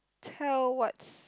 tell what's